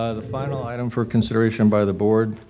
ah the final item for consideration by the board.